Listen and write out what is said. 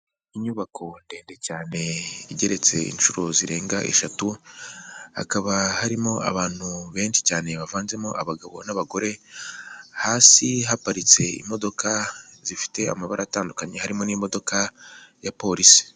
Inyubako ndende cyane igereretse inshuro zirenga eshatu, hakaba harimo abantu benshi cyane bavanzemo abagabo n'abagore, hasi haparitse imodoka zifite amabara atandukanye harimo n'imodoka ya polisi.